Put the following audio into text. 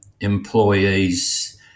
employees